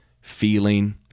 feeling